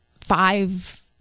five